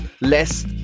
less